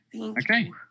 Okay